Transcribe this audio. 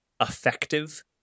effective